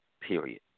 period